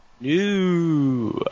New